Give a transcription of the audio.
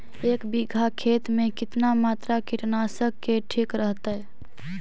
एक बीघा खेत में कितना मात्रा कीटनाशक के ठिक रहतय?